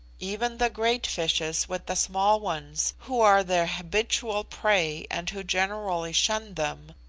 even the great fishes with the small ones, who are their habitual prey and who generally shun them,